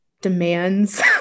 demands